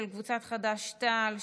של קבוצת סיעת חד"ש-תע"ל,